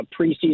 preseason